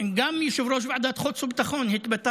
גם יושב-ראש ועדת החוץ והביטחון התבטא